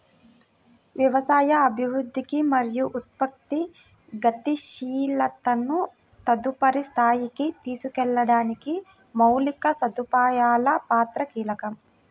వ్యవసాయ అభివృద్ధికి మరియు ఉత్పత్తి గతిశీలతను తదుపరి స్థాయికి తీసుకెళ్లడానికి మౌలిక సదుపాయాల పాత్ర కీలకం